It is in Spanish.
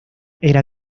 era